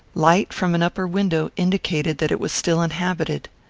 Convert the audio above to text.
light from an upper window indicated that it was still inhabited.